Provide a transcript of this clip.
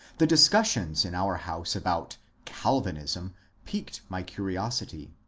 the dis cussions in our house about calvinism piqued my curiosity.